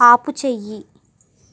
ఆపు చేయి